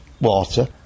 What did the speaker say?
water